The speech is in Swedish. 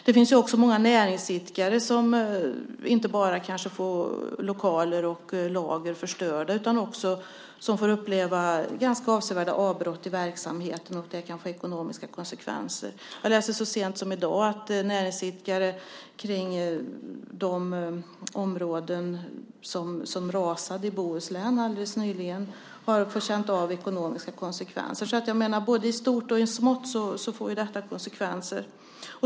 Det finns också många näringsidkare som inte bara får lokaler och lager förstörda utan som också får uppleva ganska avsevärda avbrott i verksamheten, och det kan få ekonomiska konsekvenser. Jag läste så sent som i dag att näringsidkare i de områden där marken rasade i Bohuslän alldeles nyligen har fått känna av ekonomiska konsekvenser. Både i stort och i smått får det konsekvenser.